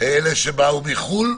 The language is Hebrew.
אלה שבאו מחו"ל.